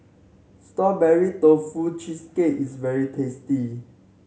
Strawberry Tofu Cheesecake is very tasty